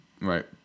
Right